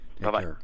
Bye-bye